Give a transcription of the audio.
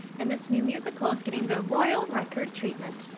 and this new musical is getting the royal record treatment.